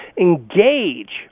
engage